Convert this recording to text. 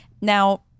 Now